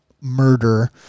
murder